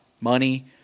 money